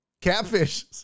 Catfish